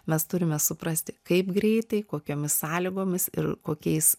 mes turime suprasti kaip greitai kokiomis sąlygomis ir kokiais